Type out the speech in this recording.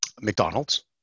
McDonald's